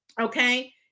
Okay